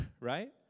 right